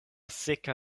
seka